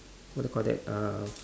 what to call that uh